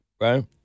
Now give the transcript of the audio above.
Right